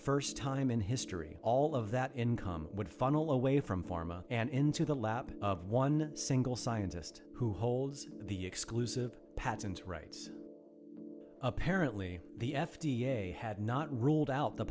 first time in history all of that income would funnel away from pharma and into the lap of one single scientist who holds the exclusive patent rights apparently the f d a had not ruled out the